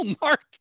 Mark